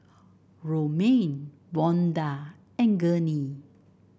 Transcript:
romaine Vonda and Gurney